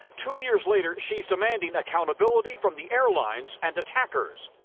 two years later, she's demanding accountability from the airlines and attackers.